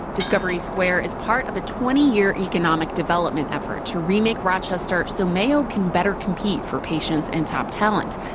discovery square is part of a twenty year economic development effort to remake rochester so mayo can better compete for patients and top talent.